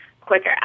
quicker